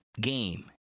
game